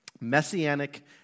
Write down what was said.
messianic